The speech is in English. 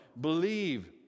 Believe